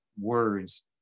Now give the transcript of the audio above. words